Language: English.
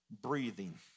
breathing